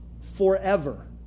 forever